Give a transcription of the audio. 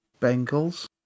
Bengals